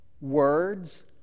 words